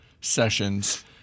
sessions